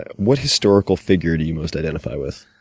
what historical figure do you most identify with?